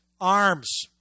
arms